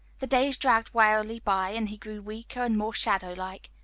the days dragged wearily by, and he grew weaker and more shadow-like.